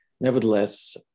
nevertheless